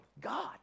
God